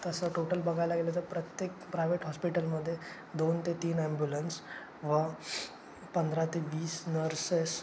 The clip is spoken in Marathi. तसं टोटल बघायला गेलं तर प्रत्येक प्रायवेट हॉस्पिटलमध्ये दोन ते तीन ॲम्ब्युलन्स व पंधरा ते वीस नर्सेस